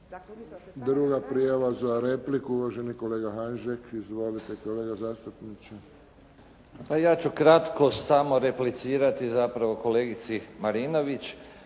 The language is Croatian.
Druga prijava za repliku uvaženi kolega Hanžek. Izvolite kolega zastupniče. **Hanžek, Ivan (SDP)** Ja ću kratko samo replicirati zapravo kolegici Marinović,